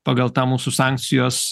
pagal tą mūsų sankcijos